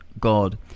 God